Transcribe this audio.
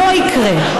לא יקרה.